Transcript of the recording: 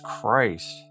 christ